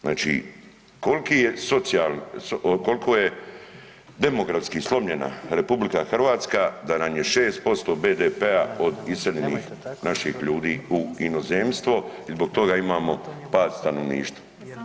Znači kolki je socijalni, kolko je demografski slomljena RH da nam je 6% BDP-a od iseljenih naših ljudi u inozemstvo i zbog toga imamo pad stanovništva.